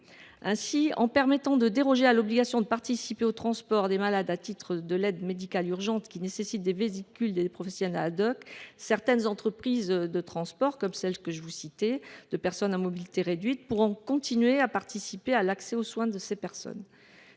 Ainsi, en permettant de déroger à l’obligation de participer au transport de malades au titre de l’aide médicale urgente, qui nécessite des véhicules et des professionnels, certaines entreprises de transport de personnes à mobilité réduite pourront continuer à participer à l’accès aux soins. Cette